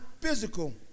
physical